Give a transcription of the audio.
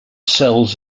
cells